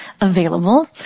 available